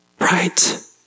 Right